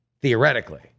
theoretically